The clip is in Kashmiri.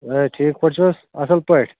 آ ٹھیٖکھ پٲٹھۍ چھُو حَظ اَصٕل پٲٹھۍ